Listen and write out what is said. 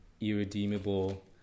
irredeemable